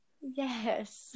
Yes